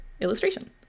illustration